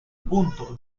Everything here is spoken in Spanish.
punto